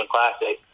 Classic